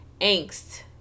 angst